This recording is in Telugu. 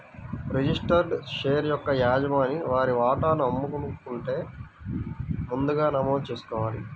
రిజిస్టర్డ్ షేర్ యొక్క యజమాని వారి వాటాను అమ్మాలనుకుంటే ముందుగా నమోదు చేసుకోవాలి